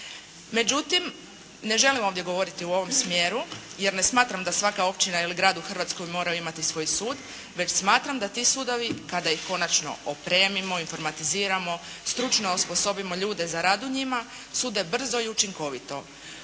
Međutim, ne želim ovdje govoriti u ovom smjeru jer ne smatram da svaka općina ili grad u Hrvatskoj moraju imati svoj sud već smatram da ti sudovi kada ih konačno opremimo, informatiziramo, stručno osposobimo ljude za rad u njima sude brzo i učinkovito